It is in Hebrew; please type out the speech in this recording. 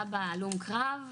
אבא הלום קרב,